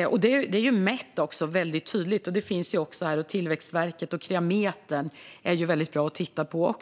Detta har mätts mycket tydligt av Tillväxtverket. Kreametern är mycket bra att titta på.